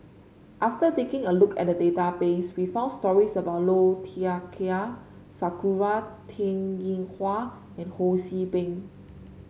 after taking a look at the database we found stories about Low Thia Khiang Sakura Teng Ying Hua and Ho See Beng